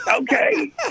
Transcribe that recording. okay